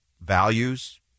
values